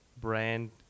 brand